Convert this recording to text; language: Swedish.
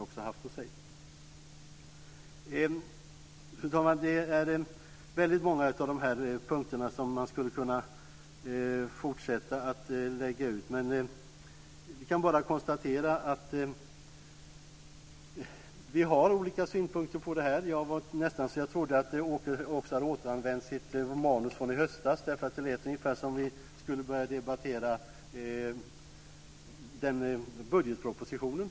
Fru talman! Det är många av punkterna som man skulle kunna fortsätta att lägga ut. Vi kan konstatera att vi har olika synpunkter. Det var nästan så jag trodde att Åke Gustavsson hade återanvänt sitt manus från i höstas. Det lät ungefär som om vi skulle debattera budgetpropositionen.